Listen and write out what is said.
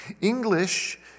English